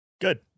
Good